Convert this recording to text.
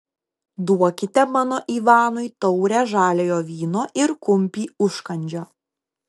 duokite mano ivanui taurę žaliojo vyno ir kumpį užkandžio